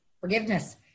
forgiveness